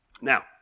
Now